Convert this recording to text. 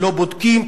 לא בודקים,